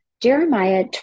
Jeremiah